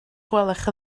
gwelwch